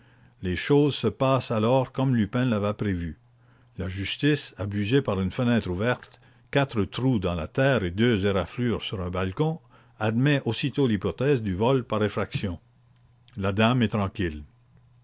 les choses se passent alors comme lupin l'avait prévu la justice abusée par une fenêtre ouverte quatre trous dans de la terre et deux éraflures sur un balcon admet aussitôt l'hypothèse du vol par effraction la dame est tranquille